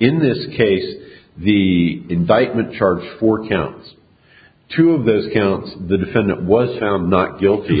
in this case the indictment charges four counts two of the counts the defendant was found not guilty